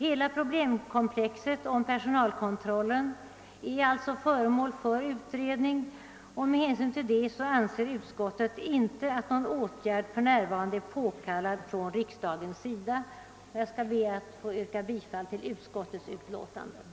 Hela problemkomplexet beträffande personalkontrollen är alltså föremål för utredning och med hänsyn härtill anser utskottsmajoriteten att någon åtgärd inte är påkallad från riksdagens sida för närvarande. Herr talman! Jag skall be att få yrka bifall till utskottets hemställan.